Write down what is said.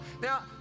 Now